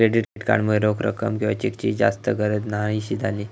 credit card मुळे रोख रक्कम किंवा चेकची जास्त गरज न्हाहीशी झाली